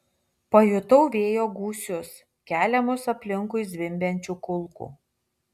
pajutau vėjo gūsius keliamus aplinkui zvimbiančių kulkų